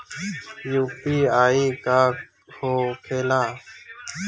UPI का होखेला?